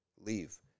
Leave